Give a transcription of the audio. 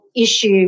issue